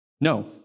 No